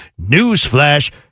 Newsflash